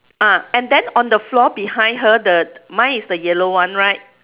ah and then on the floor behind her the mine is the yellow one right